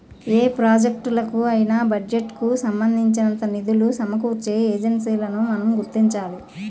ఏ ప్రాజెక్టులకు అయినా బడ్జెట్ కు సంబంధించినంత నిధులు సమకూర్చే ఏజెన్సీలను మనం గుర్తించాలి